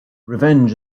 revenge